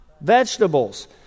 Vegetables